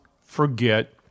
forget